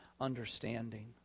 understanding